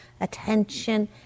attention